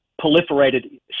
proliferated